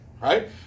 right